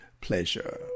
pleasure